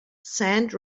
sand